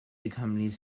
accompanies